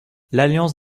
l’alliance